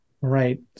Right